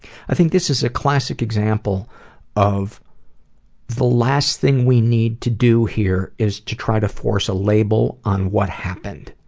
i think this is a classic example of the last thing we need to do here, is to try to force a label on what happened.